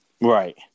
Right